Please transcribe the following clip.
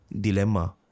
dilemma